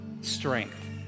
strength